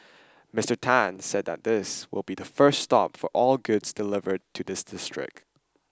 Mister Tan said that this will be the first stop for all goods delivered to the district